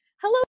hello